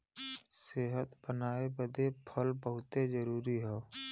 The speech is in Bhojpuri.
सेहत बनाए बदे फल बहुते जरूरी हौ